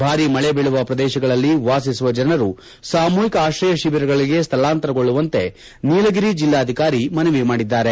ಭಾರಿ ಮಳೆ ಬೀಳುವ ಪ್ರದೇಶಗಳಲ್ಲಿ ವಾಸಿಸುವ ಜನರು ಸಾಮೂಹಿಕ ಆಶ್ರಯ ಶಿಬಿರಗಳಿಗೆ ಸ್ವಳಾಂತರಗೊಳ್ಳುವಂತೆ ನೀಲಗಿರಿ ಜಿಲ್ಲಾಧಿಕಾರಿ ಮನವಿ ಮಾಡಿದ್ದಾರೆ